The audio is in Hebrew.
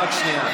רק שנייה,